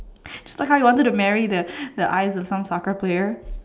so you wanted to marry the the eye of some soccer player